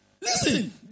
Listen